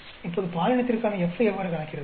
இப்போது பாலினத்திற்கான F ஐ எவ்வாறு கணக்கிடுவது